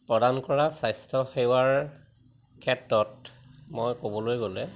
প্ৰদান কৰা স্বাস্থ্যসেৱাৰ ক্ষেত্ৰত মই ক'বলৈ গ'লে